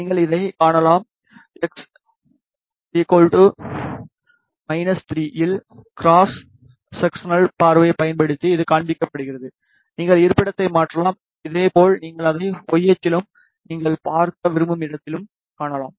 நீங்கள் இதைக் காணலாம் x 3 இல் க்ராஸ் ஸெக்ஸ்னல் பார்வையைப் பயன்படுத்தி இது காண்பிக்கப்படுகிறது நீங்கள் இருப்பிடத்தை மாற்றலாம் இதேபோல் நீங்கள் அதை y அச்சிலும்நீங்கள் பார்க்க விரும்பும் இடத்திலும் காணலாம்